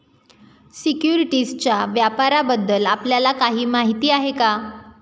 सिक्युरिटीजच्या व्यापाराबद्दल आपल्याला काही माहिती आहे का?